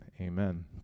Amen